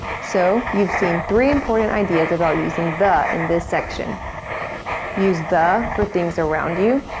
so, you've seen three important ideas about using the in this section use the for things around you,